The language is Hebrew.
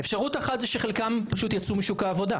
אפשרות אחת, זה שחלקם פשוט יצאו משוק העבודה.